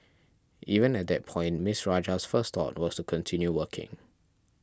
even at that point Ms Rajah's first thought was to continue working